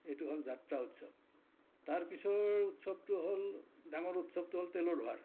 এইটো হ'ল যাত্ৰা উৎসৱ তাৰ পিছৰ উৎসৱটো হ'ল ডাঙৰ উৎসৱটো হ'ল তেলৰ ভাৰ